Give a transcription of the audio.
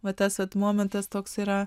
vat tas vat momentas toks yra